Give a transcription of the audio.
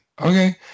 okay